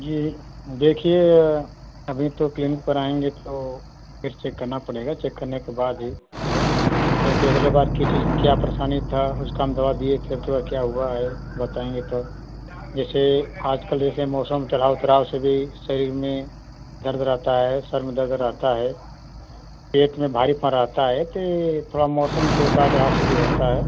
जी देखिए अभी तो क्लीनिक पर आएँगे तो फिर चेक करना पड़ेगा चेक करने के बाद ही होगा क्योंकि अगले बार किस चीज क्या परेशानी था उसका हम दवा दिए थे अबकी बार क्या हुआ है बताएँगे तो जैसे आजकल जैसे मौसम चढ़ाव उतराव से भी शरीर में दर्द रहता है सिर में दर्द रहता है पेट में भारीपन रहता है ते थोड़ा मौसम के उतार चढ़ाव से भी होता है